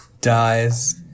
dies